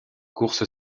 course